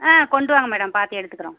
ஆ கொண்டுவாங்க மேடம் பார்த்து எடுத்துக்கறோம்